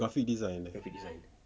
graphic design eh